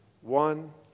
one